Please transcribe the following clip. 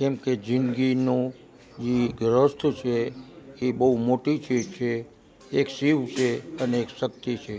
જેમકે જિંદગીનું એક રહસ્ય છે ઇ બહુ મોટી ચીજ છે એક શિવ છે અને એક શક્તિ છે